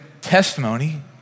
testimony